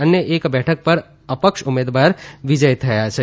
અન્ય એક બેઠક પર અપક્ષ ઉમેદવાર વિજયી થયા છે